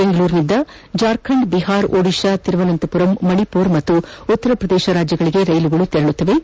ಬೆಂಗಳೂರಿನಿಂದ ಜಾರ್ಖಂಡ್ ಬಿಹಾರ ಒದಿಶಾ ತಿರುವನಂತಪುರಂ ಮಣಿಪುರ ಹಾಗೂ ಉತ್ತರ ಪ್ರದೇಶ ರಾಜ್ಯಗಳಿಗೆ ರೈಲುಗಳು ತೆರಳಲಿವೆ